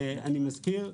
אני מזכיר,